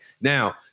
Now